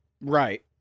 Right